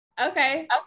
Okay